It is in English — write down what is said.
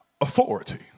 authority